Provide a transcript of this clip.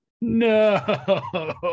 No